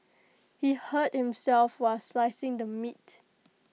he hurt himself while slicing the meat